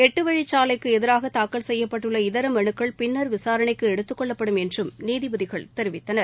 எட்டுவழிச்சாலைக்கு எதிராக தாக்கல் செய்யப்பட்டுள்ள இதர மனுக்கள் பின்னர் விசாரணைக்கு எடுத்துக்கொள்ளப்படும் என்றும் நீதிபதிகள் தெரிவித்தனர்